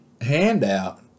handout